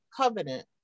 covenant